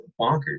bonkers